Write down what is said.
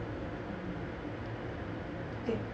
um okay